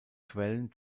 quellen